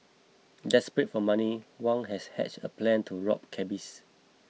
desperate for money Wang had hatched a plan to rob cabbies